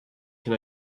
can